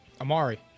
Amari